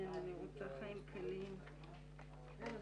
כי כמו שעידן אמר,